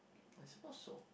I suppose so